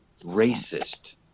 racist